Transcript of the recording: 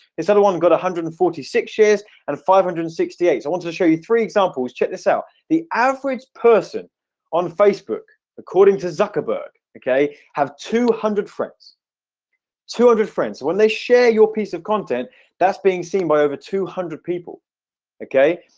it's other one got one hundred and forty six years and five hundred and sixty-eight i want to show you three examples check this out the average person on facebook according to zuckerberg okay have two hundred friends two hundred friends when they share your piece of content that's being seen by over two hundred people okay,